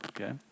okay